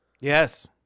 Yes